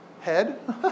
head